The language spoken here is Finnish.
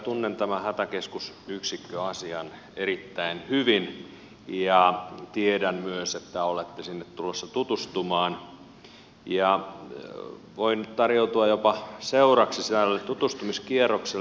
tunnen tämän hätäkeskusyksikköasian erittäin hyvin ja tiedän myös että olette sinne tulossa tutustumaan ja voin tarjoutua jopa seuraksi tälle tutustumiskierrokselle